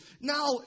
now